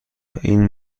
این